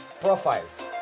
profiles